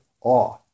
awe